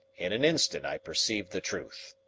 in an instant i perceived the truth.